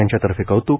यांच्यातर्फे कौत्क